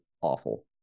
awful